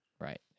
right